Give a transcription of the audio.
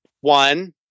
One